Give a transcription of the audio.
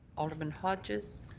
alderman hodges.